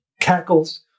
cackles